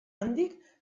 handik